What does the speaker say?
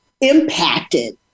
impacted